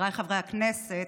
חבריי חברי הכנסת,